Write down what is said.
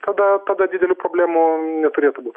tada tada didelių problemų neturėtų būt